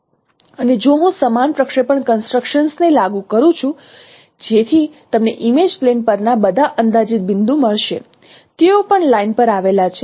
અને જો હું સમાન પ્રક્ષેપણ કન્સ્ટ્રક્શન્સ ને લાગુ કરું છું જેથી તમને ઇમેજ પ્લેન પરના બધા અંદાજિત બિંદુ મળશે તેઓ પણ લાઇન પર આવેલા છે